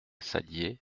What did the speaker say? saddier